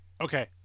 Okay